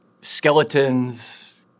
skeletons